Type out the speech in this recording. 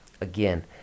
again